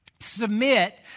submit